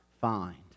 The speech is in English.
find